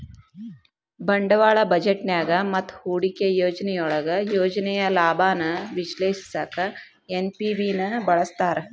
ಬಂಡವಾಳ ಬಜೆಟ್ನ್ಯಾಗ ಮತ್ತ ಹೂಡಿಕೆ ಯೋಜನೆಯೊಳಗ ಯೋಜನೆಯ ಲಾಭಾನ ವಿಶ್ಲೇಷಿಸಕ ಎನ್.ಪಿ.ವಿ ನ ಬಳಸ್ತಾರ